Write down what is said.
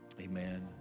Amen